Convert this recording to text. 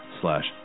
slash